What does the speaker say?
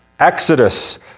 Exodus